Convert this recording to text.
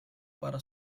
para